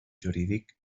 jurídic